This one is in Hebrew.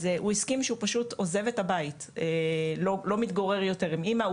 אז הוא הסכים שהוא פשוט עוזב את הבית והוא לא מתגורר יותר עם אמא שלו.